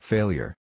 Failure